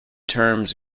terms